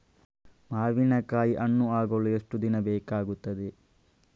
ಮಾವಿನಕಾಯಿ ಹಣ್ಣು ಆಗಲು ಎಷ್ಟು ದಿನ ಬೇಕಗ್ತಾದೆ?